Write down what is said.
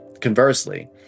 Conversely